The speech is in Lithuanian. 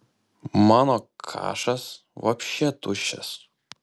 mano kašas vapše tuščias